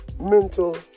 mental